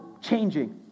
changing